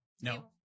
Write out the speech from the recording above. No